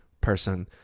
person